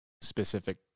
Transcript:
specific